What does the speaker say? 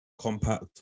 compact